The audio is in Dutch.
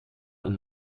een